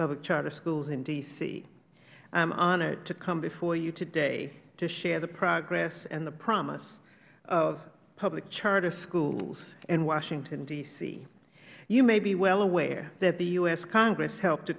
public charter schools in d c i am honored to come before you today to share the progress and the promise of public charter schools in washington d c you may be well aware that the u s congress helped to